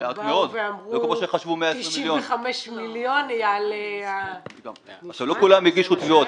אמרו ש-95 מיליון יעלה --- לא כולם הגישו תביעות,